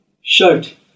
shirt